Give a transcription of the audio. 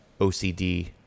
OCD